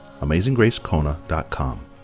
amazinggracekona.com